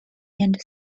and